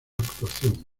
actuación